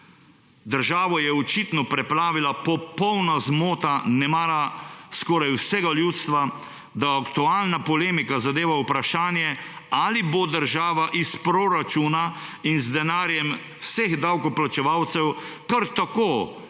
Državo je očitno preplavila popolna zmota nemara skoraj vsega ljudstva, da aktualna polemika zadeva vprašanje, ali bo država iz proračuna in z denarjem vseh davkoplačevalcev kar tako financirala